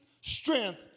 strength